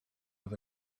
oedd